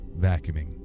vacuuming